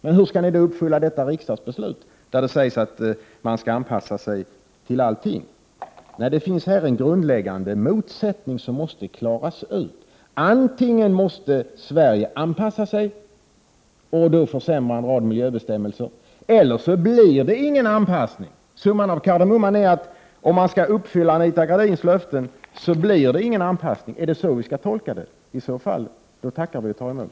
Men hur skall ni kunna leva upp till riksdagsbeslutet i detta avseende där det sägs att man skall anpassa sig helt? Det finns här en grundläggande motsättning som måste klaras ut. Antingen måste Sverige anpassa sig — och därmed försämra en rad miljöbestämmelser — eller också blir det ingen anpassning. Summan av kardemumman är att om man skall uppfylla Anita Gradins löften, blir det ingen anpassning. Är det en riktig tolkning? I så fall tackar vi och tar emot.